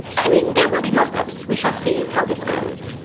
i mean, there will be mock-ups. we shall see how this goes.